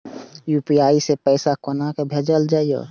UPI सै पैसा कोना भैजल जाय?